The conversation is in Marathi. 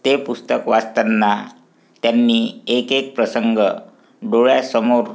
ते पुस्तक वाचताना त्यांनी एक एक प्रसंग डोळ्यासमोर